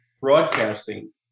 broadcasting